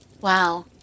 Wow